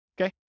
Okay